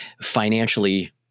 financially